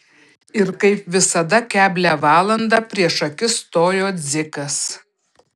ir kaip visada keblią valandą prieš akis stojo dzikas